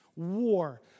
war